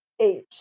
Eight